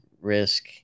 risk